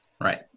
right